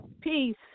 Peace